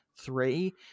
three